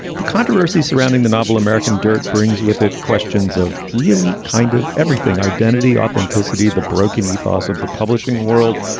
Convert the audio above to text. the controversy surrounding the novel american dirt brings with it questions of really kind of everything identity, authenticity, the broken ethos of the publishing world.